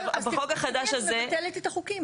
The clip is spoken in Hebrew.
אז את מבטלת את החוקים.